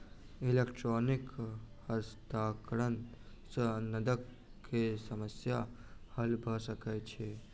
electronic हस्तांतरण सॅ नकद के समस्या हल भ सकै छै